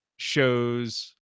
shows